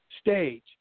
stage